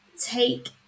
take